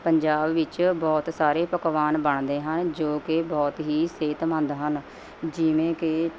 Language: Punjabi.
ਪੰਜਾਬ ਵਿੱਚ ਬਹੁਤ ਸਾਰੇ ਪਕਵਾਨ ਬਣਦੇ ਹਨ ਜੋ ਕਿ ਬਹੁਤ ਹੀ ਸਿਹਤਮੰਦ ਹਨ ਜਿਵੇਂ ਕਿ